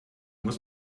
muss